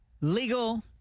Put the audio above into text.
legal